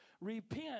repent